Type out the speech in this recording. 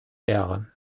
ehre